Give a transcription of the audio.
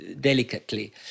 delicately